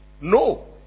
No